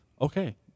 okay